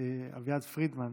אביעד פרידמן,